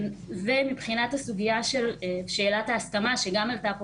מבחינת הסוגיה של שאלת ההסכמה שגם עלתה פה